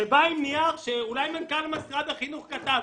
שבא עם נייר שאולי מנכ"ל משרד החינוך כתב